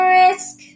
risk